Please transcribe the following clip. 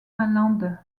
finlande